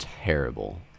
terrible